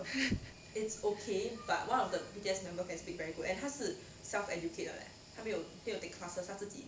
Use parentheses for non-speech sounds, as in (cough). (laughs)